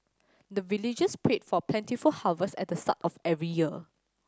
the villagers pray for plentiful harvest at the start of every year